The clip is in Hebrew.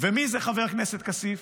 מי זה חבר הכנסת כסיף?